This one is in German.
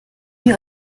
ihr